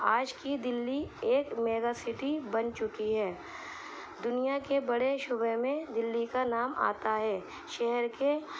آج کی دلی ایک میگا سٹی بن چکی ہے دنیا کے بڑے شعبے میں دلی کا نام آتا ہے شہر کے